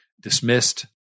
dismissed